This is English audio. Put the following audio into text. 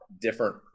different